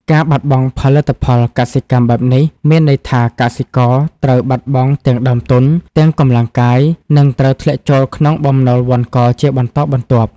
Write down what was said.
ការបាត់បង់ផលិតផលកសិកម្មបែបនេះ មានន័យថាកសិករត្រូវបាត់បង់ទាំងដើមទុន ទាំងកម្លាំងកាយ និងត្រូវធ្លាក់ចូលក្នុងបំណុលវណ្ឌកជាបន្តបន្ទាប់។